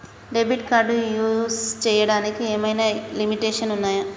Debit card use చేయడానికి ఏమైనా limitations ఉన్నాయా?